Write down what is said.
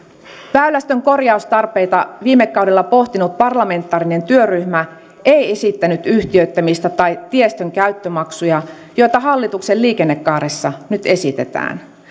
väylästön korjaustarpeita viime kaudella pohtinut parlamentaarinen työryhmä ei esittänyt yhtiöittämistä tai tiestön käyttömaksuja joita hallituksen liikennekaaressa nyt esitetään